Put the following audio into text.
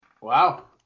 Wow